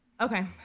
Okay